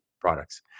products